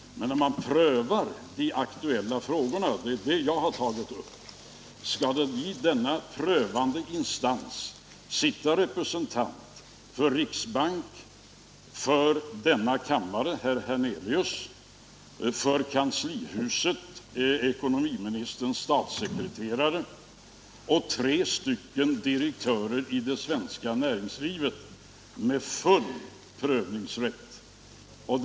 Men när man prövar de aktuella frågorna — och det är det jag har tagit upp — skall det i denna prövande instans sitta representanter för riksbanken, för denna kammare, herr Hernelius, och för kanslihuset, ekonomiministerns statssekreterare, samt tre direktörer i det svenska näringslivet, alla med full prövningsrätt.